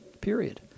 period